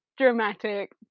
dramatic